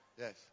Yes